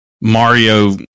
Mario